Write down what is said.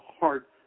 heart